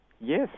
Yes